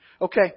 Okay